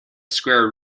square